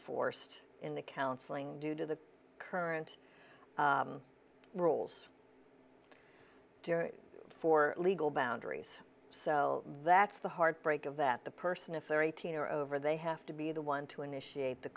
forced in the counseling due to the current rules for legal boundaries so that's the heartbreak of that the person if they're eighteen or over they have to be the one to initiate the